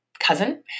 Cousin